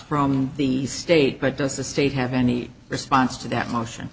from the state but does the state have any response to that motion